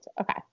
Okay